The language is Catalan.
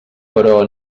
però